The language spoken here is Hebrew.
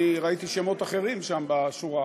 ראיתי שמות אחרים שם בשורה,